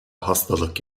hastalık